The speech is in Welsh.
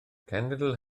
cenedl